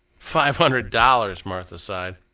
five hundred dollars! martha sighed.